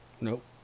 Nope